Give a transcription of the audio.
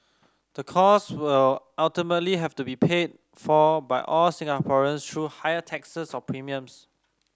the cost will ultimately have to be pay for by all Singaporeans through higher taxes or premiums